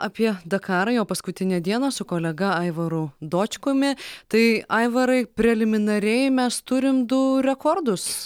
apie dakarą jo paskutinę dieną su kolega aivaru dočkumi tai aivarai preliminariai mes turim du rekordus